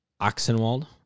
Oxenwald